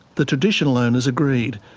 the traditional owners agreed,